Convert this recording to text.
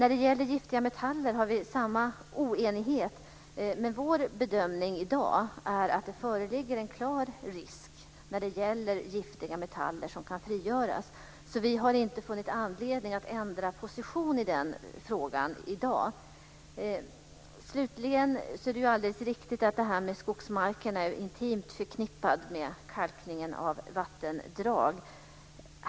I fråga om giftiga metaller har vi samma oenighet, men vår bedömning i dag är att det föreligger en klar risk när det gäller giftiga metaller som kan frigöras. Vi har inte funnit anledning att ändra position i den frågan i dag. Slutligen är det alldeles riktigt att det här med skogsmarkerna är intimt förknippat med kalkningen av vattendrag.